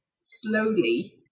slowly